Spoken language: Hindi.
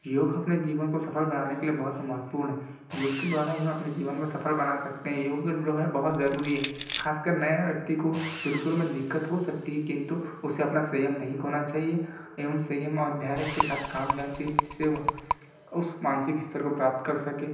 योग अपने जीवन को सफल बनाने के लिए बहुत महत्वपूर्ण है योग के द्वारा यह अपने जीवन को सफल बना सकते हैं योग जो है बहुत ज़रूरी है खासकर नए व्यक्ति को शुरू शुरू में दिक्कत हो सकती है किंतु उसे अपना संयम नहीं खोना चाहिए एवं संयम और धैर्य के साथ काम लेना चाहिए जिससे वह उस मानसिक स्तर को प्राप्त कर सकें